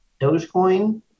dogecoin